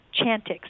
Chantix